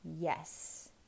yes